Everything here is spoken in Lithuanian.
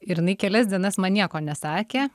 ir jinai kelias dienas man nieko nesakė